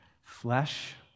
flesh